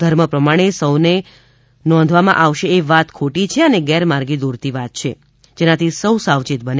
ધર્મ પ્રમાણે સૌના નોંધવામાં આવશે એ વાત ખોટી છે અને ગેરમાર્ગે દોરતી વાત છે જેનાથી સૌ સાવચેત બને